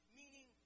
meaning